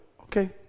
Okay